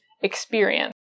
experience